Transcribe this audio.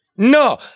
No